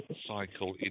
cycle